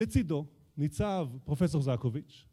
בצדו ניצב פרופ׳ זקוביץ׳.